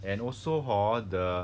and also hor the